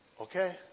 Okay